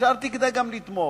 ונשארתי גם כדי לתמוך,